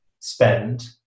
spend